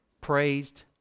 praised